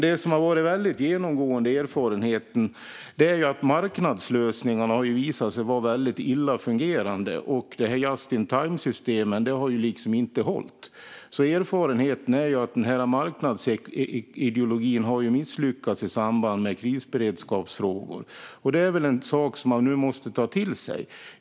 Det som har varit den väldigt genomgående erfarenheten är att marknadslösningarna har visat sig vara väldigt illa fungerande - de här just in time-systemen har liksom inte hållit. Erfarenheten är alltså att marknadsideologin har misslyckats i samband med krisberedskapsfrågor, och det är väl en sak man nu måste ta till sig.